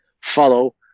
follow